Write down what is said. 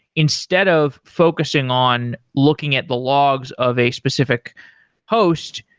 instead of focusing on looking at the logs of a specific host,